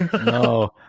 No